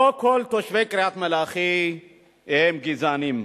לא כל תושבי קריית-מלאכי הם גזענים,